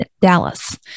Dallas